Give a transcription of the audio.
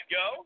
go